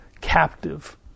captive